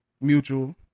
Mutual